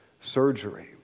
surgery